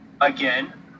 Again